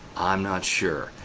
i'm not sure,